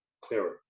clearer